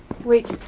Wait